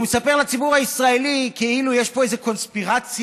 הוא מספר לציבור הישראלי כאילו יש פה איזו קונספירציה